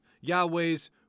Yahweh's